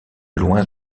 loin